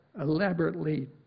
elaborately